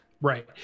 Right